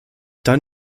dann